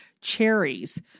cherries